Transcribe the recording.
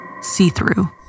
see-through